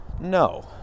no